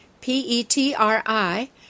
P-E-T-R-I